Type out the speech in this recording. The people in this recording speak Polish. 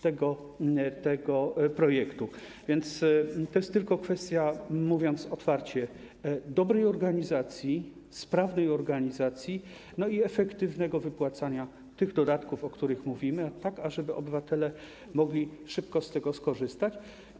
To jest tylko kwestia, mówiąc otwarcie, dobrej organizacji, sprawnej organizacji i efektywnego wypłacania tych dodatków, o których mówimy, tak ażeby obywatele mogli szybko z tego skorzystać.